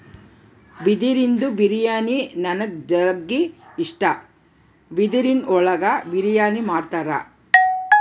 ಬಿದಿರಿಂದು ಬಿರಿಯಾನಿ ನನಿಗ್ ಜಗ್ಗಿ ಇಷ್ಟ, ಬಿದಿರಿನ್ ಒಳಗೆ ಬಿರಿಯಾನಿ ಮಾಡ್ತರ